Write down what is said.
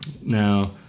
Now